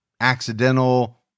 accidental